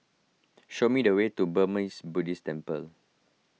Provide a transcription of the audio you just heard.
show me the way to Burmese Buddhist Temple